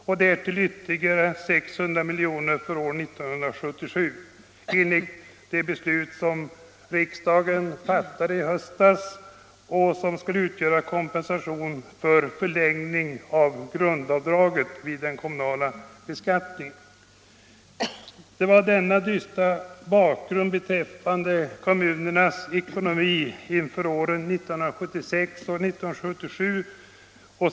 Därtill kommer ytterligare 600 milj.kr. för år 1977 enligt det beslut som riksdagen fattade i höstas och som skulle utgöra kompensation för det förlängda grundavdraget vid den kommunala beskattningen. Detta är den dystra bakgrunden beträffande kommunernas ekonomi inför åren 1976 och 1977.